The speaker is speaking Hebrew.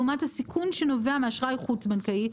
לעומת הסיכון שנובע מאשראי חוץ-בנקאי,